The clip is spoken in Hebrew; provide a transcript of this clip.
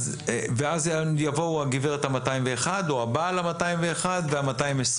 ואז יבואו הגברת ה-201 או הבעל ה-201 וה-220.